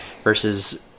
versus